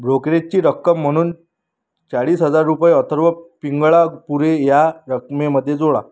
ब्रोकरेजची रक्कम म्हणून चाळीस हजार रुपये अथर्व पिंगळापुरे ह्या रकमेमध्ये जोडा